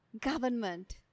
government